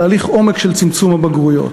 תהליך עומק של צמצום הבגרויות.